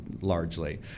largely